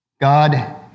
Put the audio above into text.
God